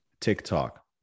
TikTok